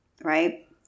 right